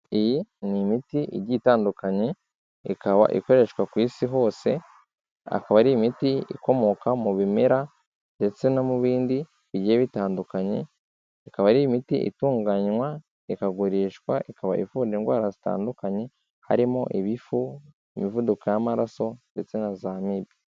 Iyi ni imiti igiye itandukanye ikaba ikoreshwa ku isi hose, akaba ari imiti ikomoka mu bimera ndetse no mu bindi bigiye bitandukanye, ikaba ari imiti itunganywa ikagurishwa ikaba ivura indwara zitandukanye harimo ibifu, imivuduko y'amaraso ndetse na z'amibe.